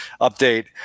update